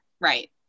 Right